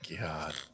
God